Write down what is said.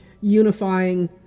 unifying